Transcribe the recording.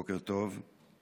בוקר טוב.